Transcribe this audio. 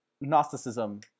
Gnosticism